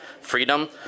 freedom